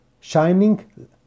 shining